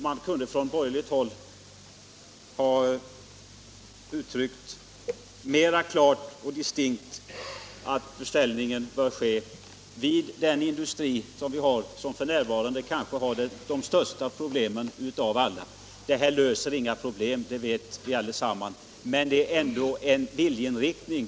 Man borde från borgerligt håll ha uttryckt mera klart och distinkt att beställningen bör ske hos en bransch i vårt land som f. n. har de kanske största problemen av alla. En enstaka fartygsbeställning löser inga problem, det vet vi allesammans, men här är det fråga om en viljeinriktning.